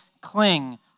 cling